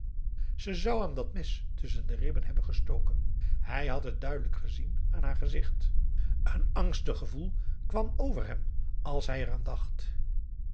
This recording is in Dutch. zou hem dat mes tusschen de ribben hebben gestoken hij had het duidelijk gezien aan haar gezicht een angstig gevoel kwam over hem als hij er